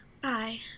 Bye